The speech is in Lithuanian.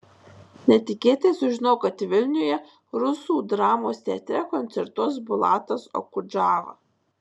netikėtai sužinojau kad vilniuje rusų dramos teatre koncertuos bulatas okudžava